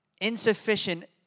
insufficient